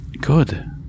Good